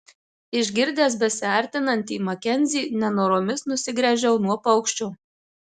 išgirdęs besiartinantį makenzį nenoromis nusigręžiau nuo paukščio